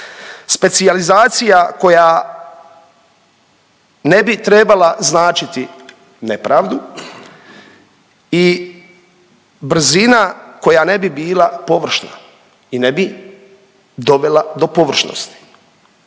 Specijalizacija koja ne bi trebala značiti nepravdu i brzina koja ne bi bila površna i ne bi dovela do površnosti